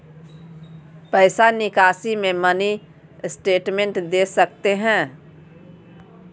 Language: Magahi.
पैसा निकासी में मिनी स्टेटमेंट दे सकते हैं?